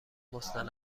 مستند